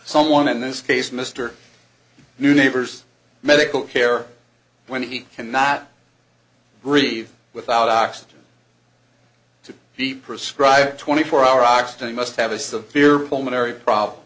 someone in this case mr new neighbors medical care when he cannot breathe without oxygen to the prescribed twenty four hour oxygen must have a severe pulmonary problem